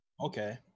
Okay